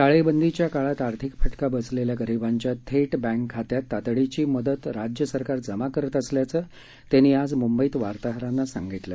टाळेबंदीच्या काळात आर्थिक फटका बसलेल्या गरीबांच्या थेट बँक खात्यात तातडीची मदत राज्य सरकार जमा करत असल्याचं त्यांनी आज मुंबईत वार्ताहरांना सांगितलं